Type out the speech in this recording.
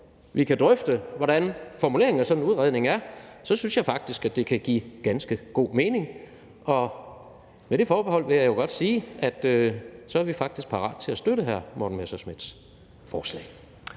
vi kan drøfte, hvordan formuleringen af sådan en udredning skal være, så synes jeg faktisk, at det kan give ganske god mening. Med det forbehold vil jeg godt sige, at så er vi faktisk parate til at støtte hr. Morten Messerschmidts forslag.